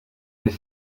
des